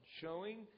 showing